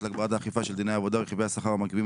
להגברת האכיפה של שיני העבודה (רכיבי השכר המרכיבים